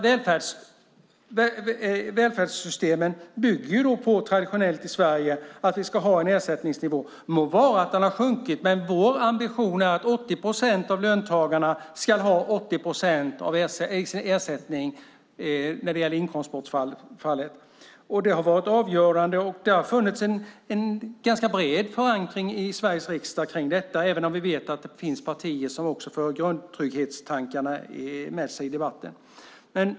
Välfärdssystemen i Sverige bygger traditionellt på en ambition att vi ska ha en ersättningsnivå, må vara att den har sjunkit, som innebär att 80 procent av löntagarna ska ha 80 procent av sin inkomst i ersättning. Det har varit avgörande, och det har funnits en ganska bred förankring i Sveriges riksdag kring detta, även om vi vet att det finns partier som också för grundtrygghetstankarna med sig i debatten.